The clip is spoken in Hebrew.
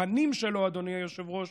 הפנים שלו, אדוני היושב-ראש,